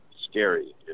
scary